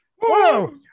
whoa